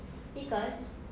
because